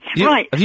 right